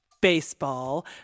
baseball